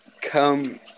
come